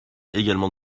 également